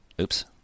oops